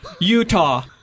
utah